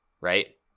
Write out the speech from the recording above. right